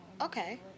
Okay